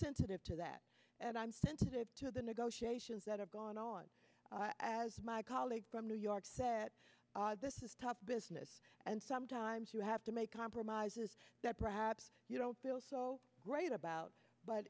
sensitive to that and i'm sensitive to the negotiations that have gone on as my colleague from new york said this is tough business and sometimes you have to make compromises that perhaps you don't feel so great about but